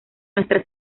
nuestra